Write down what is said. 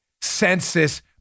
census